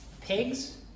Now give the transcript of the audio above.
Pigs